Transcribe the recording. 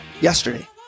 yesterday